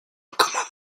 commandement